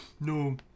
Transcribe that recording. No